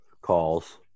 calls